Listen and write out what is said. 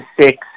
six